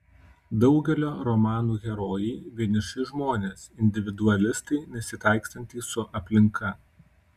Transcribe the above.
daugelio romanų herojai vieniši žmonės individualistai nesitaikstantys su aplinka